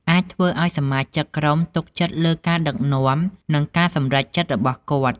អាចធ្វើឲ្យសមាជិកក្រុមទុកចិត្តលើការដឹកនាំ និងការសម្រេចចិត្តរបស់គាត់។